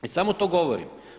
I samo to govorim.